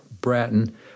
Bratton